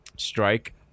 Strike